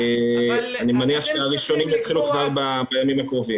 אני מניח שהראשונים יתחילו כבר בימים הקרובים.